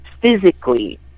physically